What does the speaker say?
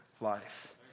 life